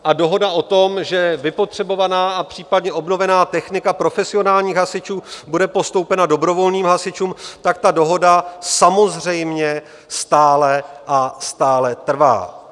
A dohoda o tom, že vypotřebovaná a případně obnovená technika profesionálních hasičů bude postoupena dobrovolným hasičům, samozřejmě stále a stále trvá.